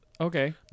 okay